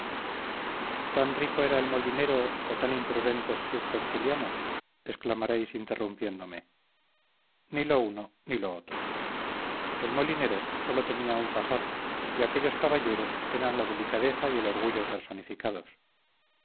tan rico era el molinero o tan imprudentes sus tertulianos exclamaréis interrumpiéndome ni lo uno ni lo otro el molinero sólo tenía un pasar y aquellos caballeros eran la delicadeza y el orgullo personificados